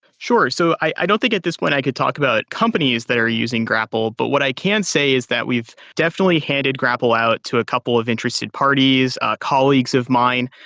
sure. so i i don't think at this point i could talk about companies that are using grapl, but what i can say is that we've definitely handed grapl out to a couple of interested parties, colleagues of mine.